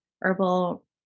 herbal